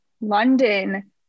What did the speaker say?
London